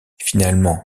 finalement